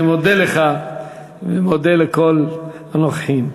אני מודה לך ומודה לכל הנוכחים.